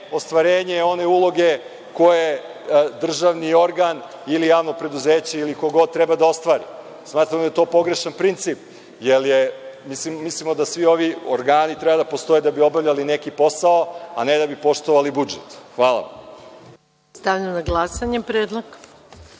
ostvarenje one uloge koju državni organ ili javno preduzeće treba da ostvari. Smatramo da je to pogrešan princip. Mislimo da svi ovi organi postoje da bi obavljali neki posao, a ne da bi poštovali budžet. Hvala. **Maja Gojković** Stavljam